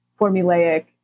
formulaic